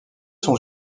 sont